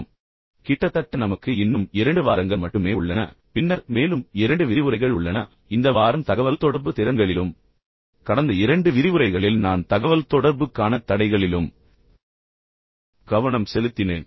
எனவே கிட்டத்தட்ட நமக்கு இன்னும் இரண்டு வாரங்கள் மட்டுமே உள்ளன பின்னர் மேலும் இரண்டு விரிவுரைகள் உள்ளன இந்த வாரம் குறிப்பாக நான் தகவல்தொடர்பு திறன்களில் கவனம் செலுத்தினேன் கடந்த இரண்டு விரிவுரைகளில் நான் தகவல்தொடர்புக்கான தடைகளில் கவனம் செலுத்தினேன்